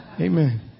Amen